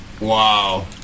Wow